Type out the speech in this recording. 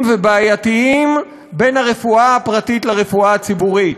ובעייתיים בין הרפואה הפרטית לרפואה הציבורית.